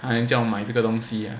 叫买这个东西